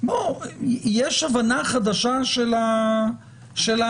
יש הבנה חדשה של העולם.